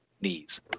knees